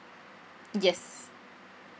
yes